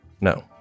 No